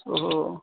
ओ हो